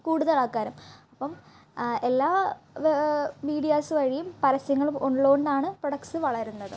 കൂടുതൽ ആൾക്കാരും അപ്പം എല്ലാ മീഡിയാസ് വഴിയും പരസ്യങ്ങൾ ഉള്ളതുകൊണ്ടാണ് പ്രൊഡക്റ്റ്സ് വളരുന്നത്